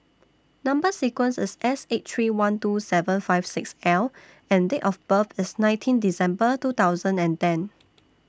Number sequence IS S eight three one two seven five six L and Date of birth IS nineteen December two thousand and ten